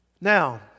Now